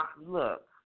look